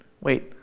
Wait